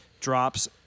drops